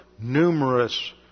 numerous